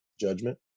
judgment